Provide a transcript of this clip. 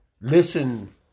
listen